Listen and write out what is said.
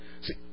See